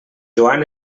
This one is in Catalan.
joan